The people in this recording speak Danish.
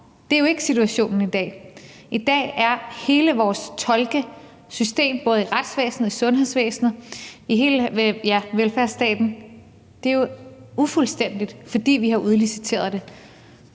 det er jo ikke situationen i dag. I dag er hele vores tolkesystem, både i retsvæsenet og i sundhedsvæsenet, ja, i hele velfærdsstaten, ufuldstændigt, fordi vi har udliciteret det.